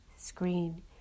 screen